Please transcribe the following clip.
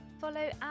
follow